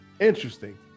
Interesting